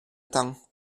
temps